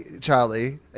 Charlie